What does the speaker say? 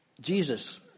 Jesus